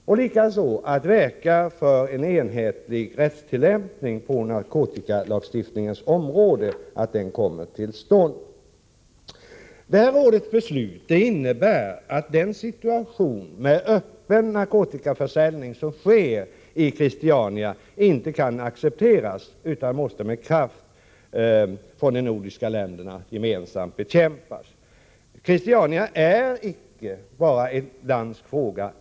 Likaså beslöt rådet att verka för att en enhetlig rättstillämpning på narkotikalagstiftningens område kommer till stånd. Rådets beslut innebär att den situation med öppen narkotikaförsäljning som råder i Christiania inte kan accepteras. Den måste med kraft bekämpas av de nordiska länderna gemensamt. Christiania är icke bara en dansk fråga.